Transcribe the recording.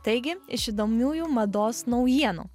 taigi iš įdomiųjų mados naujienų